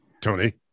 Tony